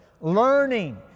Learning